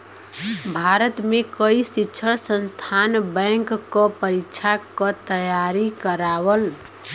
भारत में कई शिक्षण संस्थान बैंक क परीक्षा क तेयारी करावल